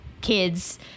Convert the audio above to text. kids